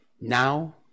Now